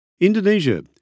Indonesia